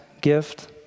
gift